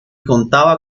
contaba